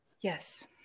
Yes